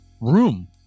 room